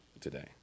today